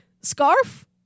scarf